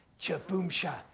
chaboomsha